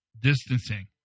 distancing